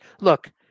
look